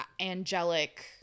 angelic